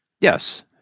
Yes